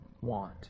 want